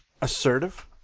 assertive